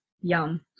Yum